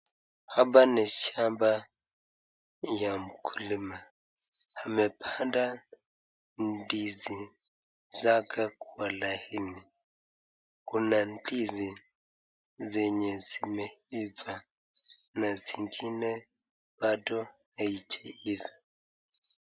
Hapa ni shamba ya mkulima amepanda ndizi zake kwa laini. Kuna ndizi zenye zimeiva na zingine bado haijaiva.